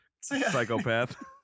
psychopath